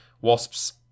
Wasps